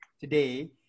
today